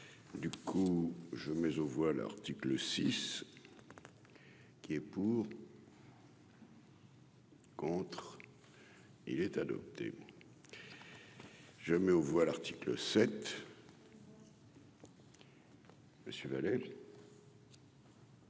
du coup je mais aux voix, l'article 6 qui est pour. Contre il est adopté, je mets aux voix, l'article 7. Monsieur.